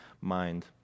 mind